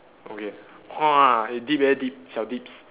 okay !wah! eh deep eh deep 小 deep